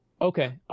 Okay